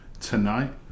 tonight